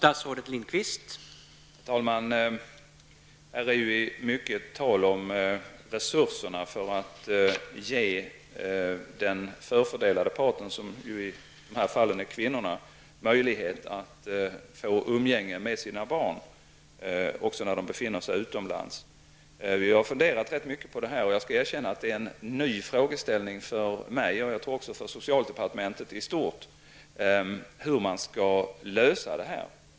Herr talman! Det är här mycket tal om resurserna för att ge den förfördelade parten, som i de här fallen är kvinnorna, möjlighet att få umgänge med sina barn också när de befinner sig utomlands. Vi har funderat ganska mycket på det här, och jag skall erkänna att det är en ny frågeställning för mig, och jag tror även för socialdepartementet i stort, hur man skall lösa det här.